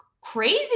crazy